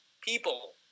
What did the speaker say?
people